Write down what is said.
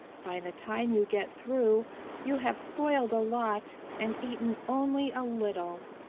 by the time you get through you have spoiled a lot, and eaten only a little.